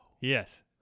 yes